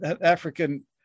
African